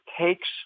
takes